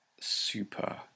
super